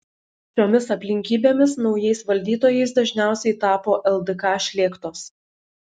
šiomis aplinkybėmis naujais valdytojais dažniausiai tapo ldk šlėktos